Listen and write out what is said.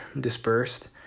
dispersed